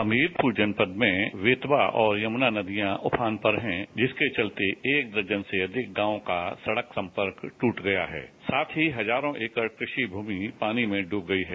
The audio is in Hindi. हमीरपूर जनपद में बेतवा और यमूना नदियां उफान पर हैं जिसके चलते एक दर्जन से अधिक गांवों का सड़क संपर्क ट्रट गया है साथ ही हजारों एकड़ कृषि भूमि पानी में डूब गई है